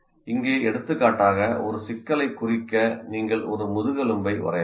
இங்கே எடுத்துக்காட்டாக ஒரு சிக்கலைக் குறிக்க நீங்கள் ஒரு முதுகெலும்பை வரையலாம்